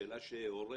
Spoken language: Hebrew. שהורה,